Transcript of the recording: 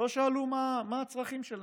לא שאלו מה הצרכים שלהם,